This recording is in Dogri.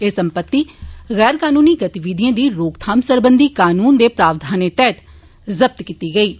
एह् सम्पत्ति गैर कनूनी गतिविधिएं दी रोकथाम सरबंधी कनून दे प्रावधाने तैह्त घर जब्त कीता गेआ ऐ